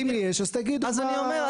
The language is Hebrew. ואם יש אז תגידו מה המספרים.